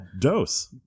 dose